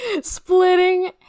Splitting